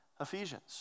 Ephesians